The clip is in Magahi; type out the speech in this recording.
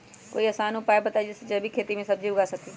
कोई आसान उपाय बताइ जे से जैविक खेती में सब्जी उगा सकीं?